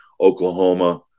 Oklahoma